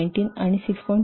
19 आणि 6